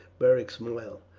beric smiled.